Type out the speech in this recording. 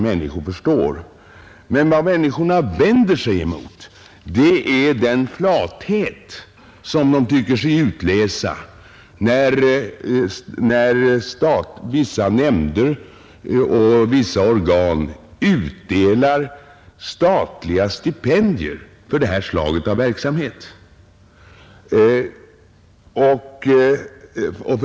Men vad människorna vänder sig mot är den flathet som de tycker sig utläsa, när vissa organ utdelar statliga stipendier för det här slaget av verksamhet.